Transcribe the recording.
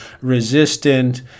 resistant